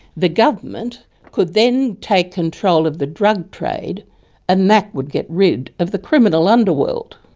the government could then take control of the drug trade and that would get rid of the criminal underworld.